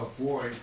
avoid